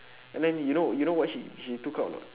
and then you know you know what she she took out or not